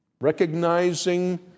Recognizing